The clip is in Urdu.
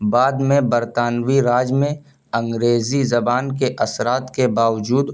بعد میں برطانوی راج میں انگریزی زبان کے اثرات کے باوجود